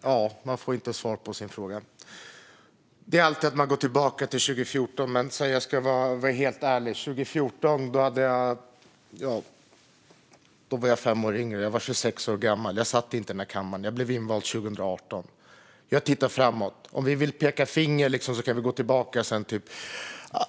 Fru talman! Jag får inte svar på min fråga. Morgan Johansson går tillbaka till 2014. Jag ska vara helt ärlig. År 2014 var jag fem år yngre, 26 år gammal. Jag satt inte i den här kammaren då utan blev invald 2018. Jag tittar framåt. Om vi vill peka finger kan vi gå tillbaka till tiden då